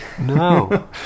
No